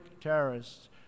terrorists